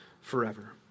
forever